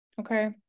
okay